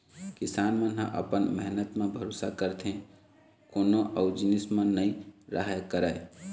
किसान मन ह अपन मेहनत म भरोसा करथे कोनो अउ जिनिस म नइ करय